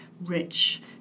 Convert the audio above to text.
rich